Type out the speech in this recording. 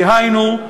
דהיינו,